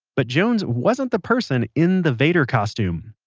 but jones wasn't the person in the vader costume.